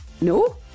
No